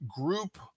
group